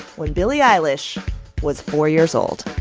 when billie eilish was four years old